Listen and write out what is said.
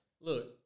Look